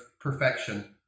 perfection